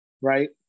right